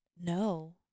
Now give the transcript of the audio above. No